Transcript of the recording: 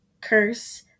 Curse